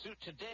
today